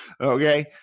okay